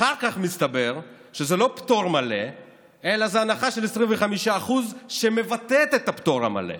אחר כך מסתבר שזה לא פטור מלא אלא זו הנחה של 25% שמבטאת את הפטור המלא.